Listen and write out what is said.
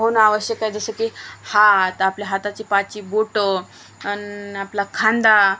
होणं आवश्यक आहे जसं की हात आपल्या हाताची पाचही बोटं आणि आपला खांदा